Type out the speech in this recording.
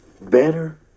Better